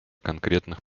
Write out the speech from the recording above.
конкретных